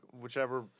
whichever